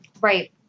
Right